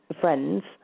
friends